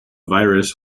virus